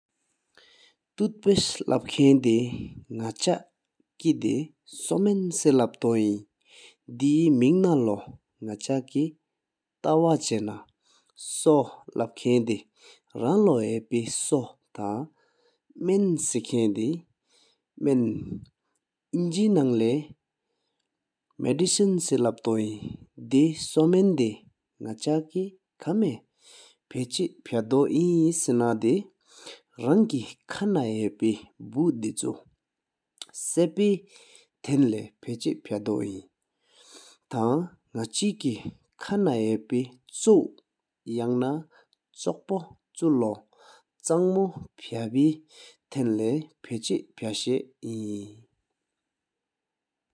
ཏུད་པེསཏ་ལབ་ཁན་དེ་ནག་ཆ་ཀེ་དེ་སོ་མན་སེ་ལབ་ཏོ་ཨིན། དེཧེ་མིན་ན་ལོ་ནག་ཆ་ཀེ་ཏ་བ་ཆ་ན་སོ་ལབ་ཁན་དེ་རང་ལི་ཧ་པེ་སོ་ཐང་མན་སེ་ཁན་དེ་མན། ཨེན་གེ་ན་ལེ་མེ་དི་སེ་ལབ་ཏོ་ཨིན། དེ་སོ་མེ་ནེ་དེ་ནག་ཆ་ཀེ་ཁཾ་མེ་པ་ཕ་ཆེ་ཕ་དོ་ཨིན་སེ་ན་དེ། རང་ཀེ་ཁ་ན་ཧ་པེ་བུ་དེ་ཆུ་ས་པེ་ཐན་ལེ་ཕ་ཆེ་ཕ་དོ་ཨིན། ཐང་ནག་ཆེ་ཁ་ནང་ཧ་པེ་ཆོ་ཡང་ན་ཆོག་པོ་ཆུ་ལོ་ཆན་མུ་ཕ་པེ་ཐན་ལེ་ཕ་ཆེ་ཕ་ཤ་ཨིན།